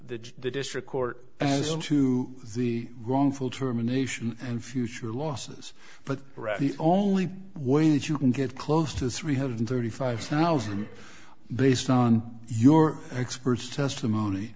the district court to the wrongful termination and future losses but the only way that you can get close to three hundred thirty five thousand based on your experts testimony